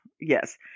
yes